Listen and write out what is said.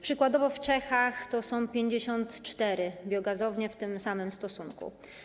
Przykładowo w Czechach są 54 biogazownie w tym samym stosunku.